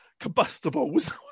Combustibles